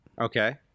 Okay